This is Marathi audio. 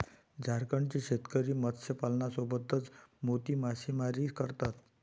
झारखंडचे शेतकरी मत्स्यपालनासोबतच मोती मासेमारी करतात